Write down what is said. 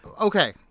okay